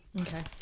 Okay